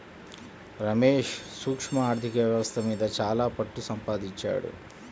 రమేష్ సూక్ష్మ ఆర్ధిక వ్యవస్థ మీద చాలా పట్టుసంపాదించాడు